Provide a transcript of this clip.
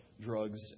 drugs